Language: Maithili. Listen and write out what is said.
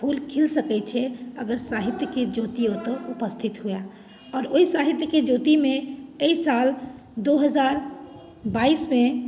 फूल खिल सकैत छै अगर साहित्यके ज्योति ओतय उपस्थित हुए आओर ओहि साहित्यके ज्योतिमे एहि साल दू हजार बाइसमे